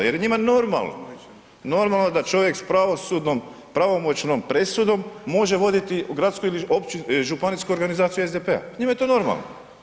Jer je njima normalno, normalno da čovjek s pravosudnom pravomoćnom presudom može voditi u gradskoj ili županijsku organizaciju SDP-a, njima je to normalno.